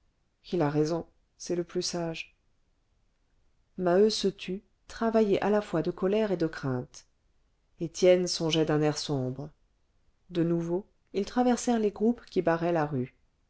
il a raison c'est le plus sage maheu se tut travaillé à la fois de colère et de crainte étienne songeait d'un air sombre de nouveau ils traversèrent les groupes qui barraient la rue